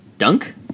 Dunk